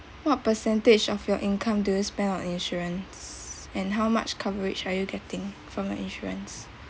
what percentage of your income do you spend on insurances and how much coverage are you getting from your insurances